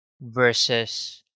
versus